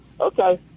Okay